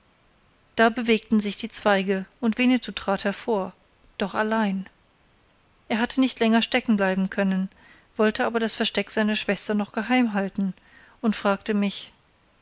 da bewegten sich die zweige und winnetou trat hervor doch allein er hatte nicht länger stecken bleiben können wollte aber das versteck seiner schwester noch geheim halten und fragte mich